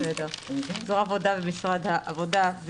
ובזרוע העבודה במשרד העבודה,